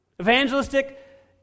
evangelistic